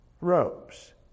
robes